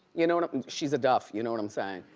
you know and she's a duff, you know what i'm sayin'?